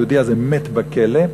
היהודי הזה מת בכלא,